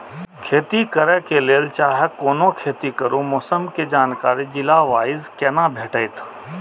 खेती करे के लेल चाहै कोनो खेती करू मौसम के जानकारी जिला वाईज के ना भेटेत?